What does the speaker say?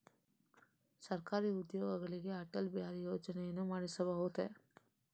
ಸರಕಾರಿ ಉದ್ಯೋಗಿಗಳಿಗೆ ಅಟಲ್ ಬಿಹಾರಿ ಯೋಜನೆಯನ್ನು ಮಾಡಿಸಬಹುದೇ?